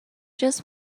just